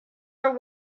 are